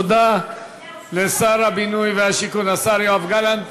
תודה לשר הבינוי והשיכון, השר יואב גלנט.